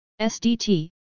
SDT